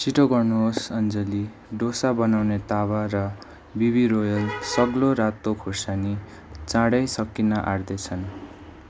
छिटो गर्नुहोस् अन्जली डोसा बनाउने तावा र बिबी रोयल सग्लो रातो खोर्सानी चाँडै सकिन आँट्दैछन्